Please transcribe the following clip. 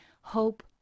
hope